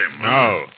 No